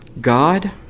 God